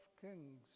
kings